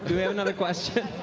we have another question?